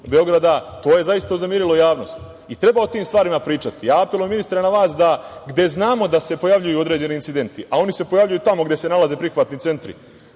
Beograda i to je zaista uznemirilo javnost. Treba o tim stvarima pričati. Apelujem ministre na vas da, gde znamo da se pojavljuju određeni incidenti, a oni se pojavljuju tamo gde se nalaze prihvatni centri.